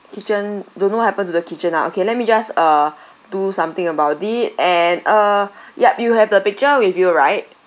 kitchen don't know what happened to the kitchen ah okay let me just uh do something about it and uh yup you have the picture with you right